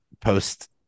post